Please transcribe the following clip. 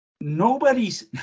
Nobody's